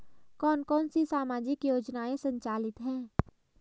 कौन कौनसी सामाजिक योजनाएँ संचालित है?